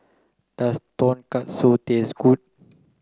does Tonkatsu taste good